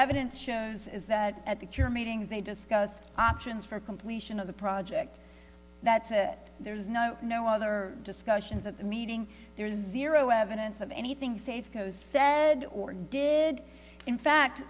evidence shows is that at the cure meetings they discuss options for completion of the project that's a there's no no other discussions at the meeting there's zero evidence of anything safeco said or did in fact